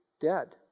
dead